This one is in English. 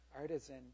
artisan